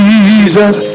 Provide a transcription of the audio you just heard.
Jesus